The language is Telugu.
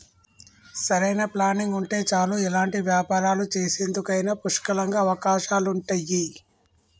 సరైన ప్లానింగ్ ఉంటే చాలు ఎలాంటి వ్యాపారాలు చేసేందుకైనా పుష్కలంగా అవకాశాలుంటయ్యి